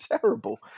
terrible